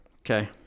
Okay